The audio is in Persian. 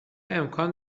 امکان